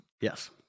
Yes